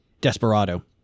Desperado